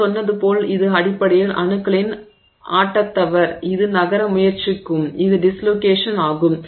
நான் சொன்னது போல் இது அடிப்படையில் அணுக்களின் ஆட்டத்தவர் இது நகர முயற்சிக்கும் இது டிஸ்லோகேஷன் ஆகும்